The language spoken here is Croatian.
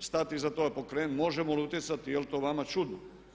stati iza toga, pokrenuti, možemo li utjecati, jel to vama čudno?